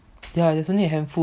ya there's only a handful